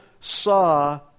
saw